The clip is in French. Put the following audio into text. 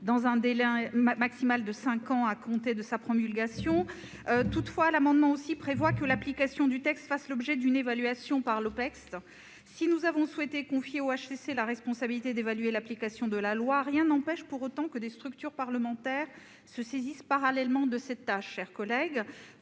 dans un délai maximal de cinq ans à compter de sa promulgation. Il est également prévu que l'application du texte fasse l'objet d'une évaluation par l'Opecst. Si nous avons souhaité confier au HCC la responsabilité d'évaluer l'application de la loi, rien n'empêche pour autant que des structures parlementaires se saisissent parallèlement de cette tâche. Faut-il pour